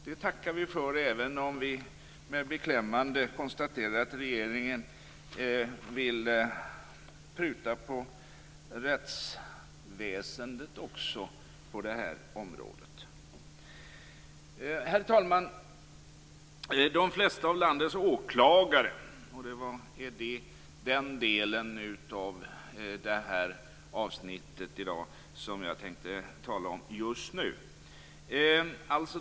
Det tackar vi för, även om vi med beklämmande konstaterar att regeringen vill pruta på rättsväsendet också på det här området. Herr talman! Frågan om landets åklagare är en del av det avsnitt som behandlas i dag och som jag tänkte tala om just nu.